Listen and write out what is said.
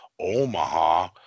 Omaha